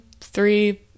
three